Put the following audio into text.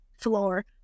floor